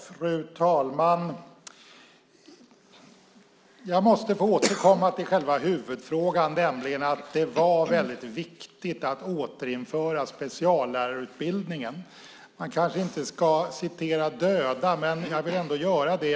Fru talman! Jag måste få återkomma till själva huvudfrågan, nämligen att det var viktigt att återinföra speciallärarutbildningen. Man kanske inte ska citera döda, men jag vill ändå göra det.